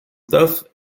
tough